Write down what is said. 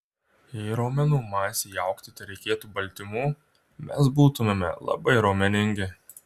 jei raumenų masei augti tereikėtų baltymų mes būtumėme labai raumeningi